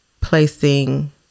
placing